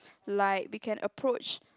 like we can approach